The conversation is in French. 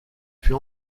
fut